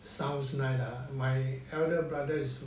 sounds nice lah my elder brothers